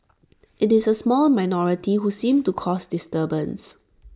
IT is A small minority who seem to cause disturbance